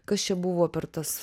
kas čia buvo per tas